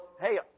hey